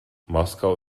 moskau